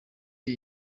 iyi